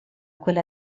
quella